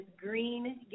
Green